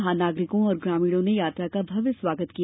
यहां नागरिको और ग्रामीणों ने यात्रा का भव्य स्वागत किया